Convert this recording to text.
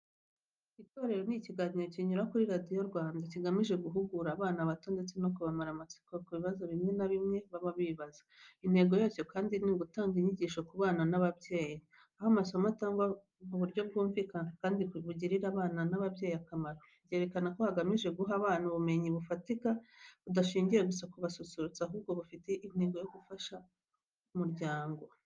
Itetero ni ikiganiro kinyura kuri radiyo Rwanda, kigamije guhugura abana bato ndetse no kubamara amatsiko ku bibazo bimwe na bimwe baba bibaza. Intego yacyo kandi ni ugutanga inyigisho ku bana n’ababyeyi, aho amasomo atangwa mu buryo bwumvikana kandi bugirira abana n’ababyeyi akamaro. Byerekana ko kigamije guha abana ubumenyi bufatika, budashingiye gusa ku gususurutsa ahubwo bufite intego yo gufasha umuryango.